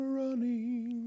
running